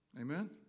Amen